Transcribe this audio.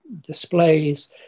displays